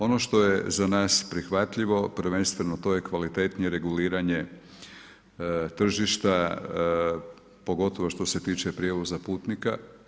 Ono što je za nas prihvatljivo, prvenstveno to je kvalitetnije reguliranje tržišta pogotovo što se tiče prijevoza putnika.